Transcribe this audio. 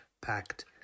packed